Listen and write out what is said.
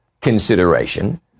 consideration